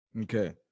Okay